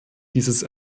dieses